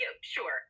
Sure